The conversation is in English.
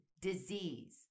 disease